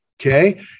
Okay